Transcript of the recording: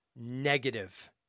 Negative